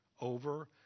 over